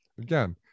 Again